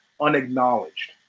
Unacknowledged